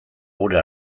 gure